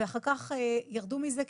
ואחר כך ירדו מזה,